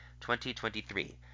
2023